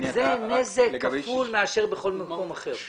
זה נזק כפול מאשר בכל מקום אחר.